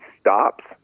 stops